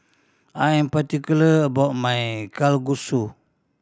I am particular about my Kalguksu